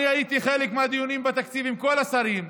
אני הייתי חלק מהדיונים בתקציב עם כל השרים,